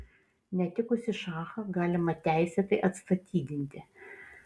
netikusį šachą galima teisėtai atstatydinti